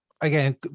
again